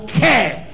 care